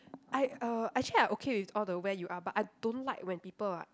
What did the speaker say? I uh actually I okay with all the way you are but I don't like when people are